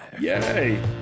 Yay